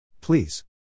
Please